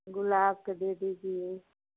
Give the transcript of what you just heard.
गुलाब का दे दीजिए